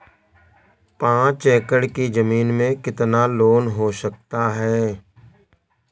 पाँच एकड़ की ज़मीन में कितना लोन हो सकता है?